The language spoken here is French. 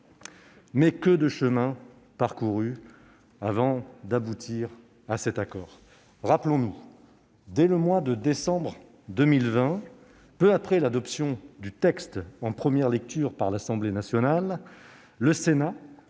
Que de chemin parcouru avant d'aboutir à cet accord ! Rappelons-nous : dès le mois de décembre 2020, peu après l'adoption du texte en première lecture par l'Assemblée nationale, le Sénat,